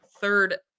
third